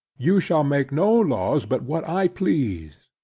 you shall make no laws but what i please.